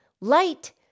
Light